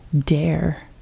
dare